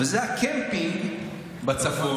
והוא הקמפינג בצפון.